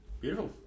Beautiful